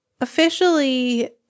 officially